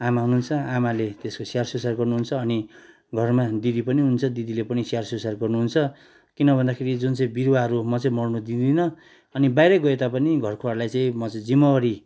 आमा हुनुहुन्छ आमाले त्यसको स्याहार सुसार गर्नुहुन्छ अनि घरमा दिदी पनि हुनुहुन्छ दिदीले पनि स्याहार सुसार गर्नुहुन्छ किन भन्दाखेरि यो जुन चाहिँ बिरुवाहरू म चाहिँ मर्नु दिँदिन अनि बाहिरै गए तापनि घरकोहरूलाई चाहिँ म चाहिँ जिम्मावारी